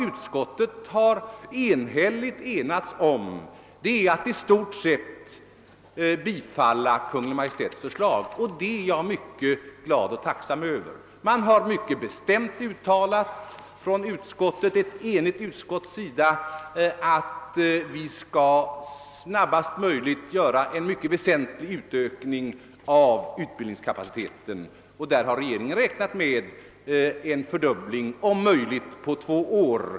Utskottet har enat sig om att i stort sett tillstyrka Kungl. Maj:ts förslag, och det är jag mycket glad och tacksam över. Ett enigt utskott har mycket bestämt uttalat att vi snarast möjligt skall utöka utbildningskapaciteten väsentligt. Regeringen har därvidlag räknat med en fördubbling, om möjligt på två år.